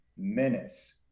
menace